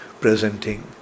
presenting